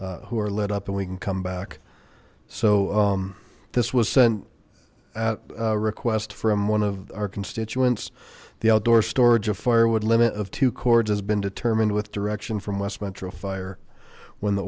who are let up and we can come back so this was sent out a request from one of our constituents the outdoor storage of fire wood limit of two chords has been determined with direction from west metro fire when the